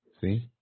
See